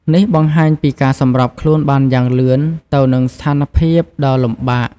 នេះបង្ហាញពីការសម្របខ្លួនបានយ៉ាងលឿនទៅនឹងស្ថានភាពដ៏លំបាក។